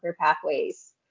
Pathways